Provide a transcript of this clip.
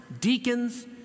deacons